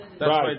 Right